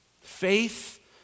Faith